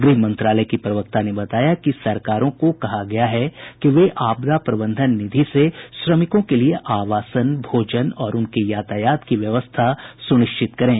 गृह मंत्रालय की प्रवक्ता ने बताया कि सरकारों को कहा गया है कि वे आपदा प्रबंधन निधि से श्रमिकों के लिए आवासन भोजन और उनके यातायात की व्यवस्था सुनिश्चित करें